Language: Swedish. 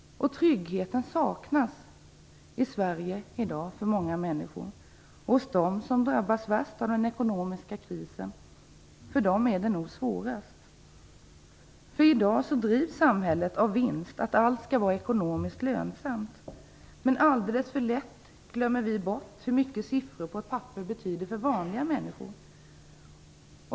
Tryggheten saknas i dag för många människor i Sverige. Det är nog svårast för dem som drabbas värst av den ekonomiska krisen. I dag drivs samhället nämligen av att allt skall vara ekonomiskt lönsamt. Vi glömmer alldeles för lätt bort hur mycket siffror på ett papper betyder för vanliga människor.